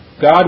God